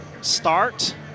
start